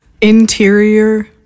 Interior